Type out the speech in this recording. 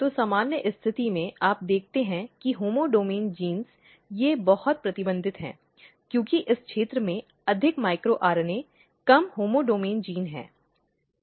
तो सामान्य स्थिति में आप देखते हैं कि होम्योडोमैन जीन ये बहुत प्रतिबंधित हैं क्योंकि इस क्षेत्र में अधिक माइक्रो आरएनए कम होमोडोमैन जीन हैं